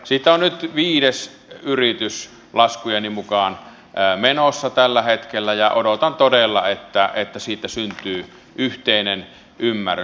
siitä on nyt viides yritys laskujeni mukaan menossa tällä hetkellä ja odotan todella että siitä syntyy yhteinen ymmärrys